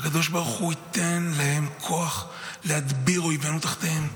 שהקדוש ברוך הוא ייתן להם כוח להדביר אויבנו תחתיהם,